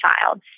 child